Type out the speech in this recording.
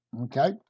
okay